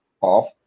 off